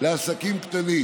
לעסקים קטנים.